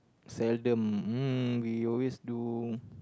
seldom um we always do